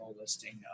listing